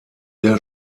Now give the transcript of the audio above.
der